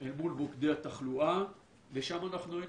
אל מול מוקדי התחלואה ושם אנחנו היינו.